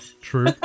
True